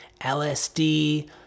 LSD